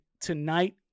tonight